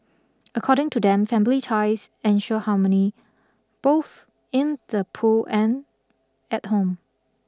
according to them family ties ensure harmony both in the pool and at home